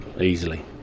easily